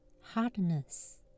hardness